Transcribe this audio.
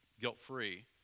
guilt-free